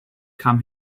kam